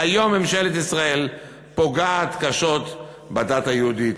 והיום ממשלת ישראל פוגעת קשות בדת היהודית,